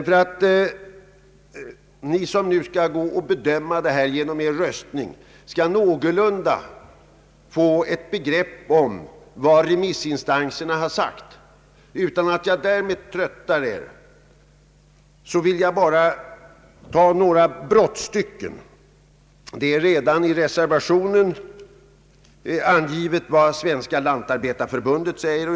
För att ni som nu skall gå att besluta om detta genom er röstning någorlunda skall få ett begrepp om vad remissinstanserna har sagt vill jag utan att därmed trötta er anföra några brottstycken ur remissutlåtandena. Redan i reservationen har angivits vad Svenska lantarbetarförbundet säger.